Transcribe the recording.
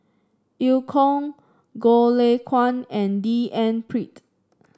Eu Kong Goh Lay Kuan and D N Pritt